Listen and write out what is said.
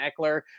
Eckler